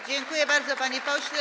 Dziękuję bardzo, panie pośle.